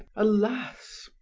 alas!